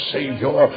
Savior